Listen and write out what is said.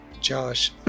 Josh